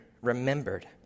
remembered